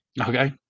okay